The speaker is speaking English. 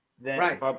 Right